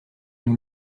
nous